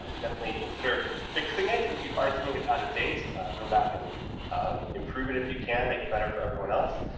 um definitely consider fixing it, if you find something that's out-of-date, go back and um improve it, if you can, make it better for everyone else.